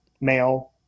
male